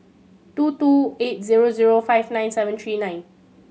two two eight zero zero five nine seven three nine